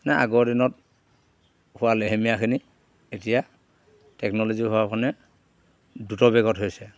নাই আগৰ দিনত হোৱা লেহেমীয়াখিনি এতিয়া টেকন'লজি হোৱাৰ কাৰণে দ্ৰুত বেগত হৈছে